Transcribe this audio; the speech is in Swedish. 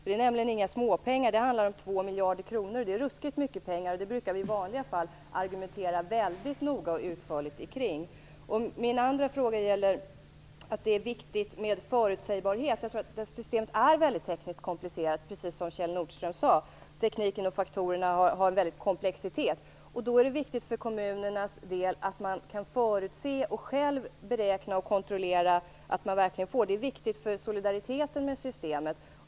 Det är nämligen inga småpengar som det handlar om. 2 miljarder kronor är ruskigt mycket pengar. Det brukar vi i vanliga fall argumentera väldigt noga och utförligt kring. Min andra fråga gäller att det är viktigt med förutsägbarhet. Systemet är väldigt tekniskt komplicerat, precis som Kjell Nordström sade. Tekniken och faktorerna har en stor komplexitet. Då är det viktigt för kommunerna att de själva kan förutse, beräkna och kontrollera det som man får. Det är viktigt för solidariteten med systemet.